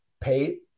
pay